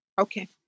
Okay